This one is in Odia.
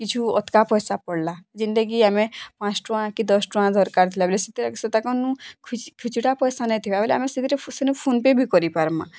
କିଛୁ ଅଟ୍କା ପଇସା ପଡ଼ିଲା ଯେନ୍ଟା କି ଆମେ ପାଞ୍ଚ ଟଙ୍କା କି ଦଶ ଟଙ୍କା ଦରକାର୍ ଥିଲେ ବେଳେ ସେଟା ସେଟା କେନୁ ଖୁଚୁଟା ପଇସା ନେଇଥିବା ବେଲେ ସେନୁ ଫୋନ୍ପେ ବି କରିପାର୍ମାଁ